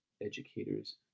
educators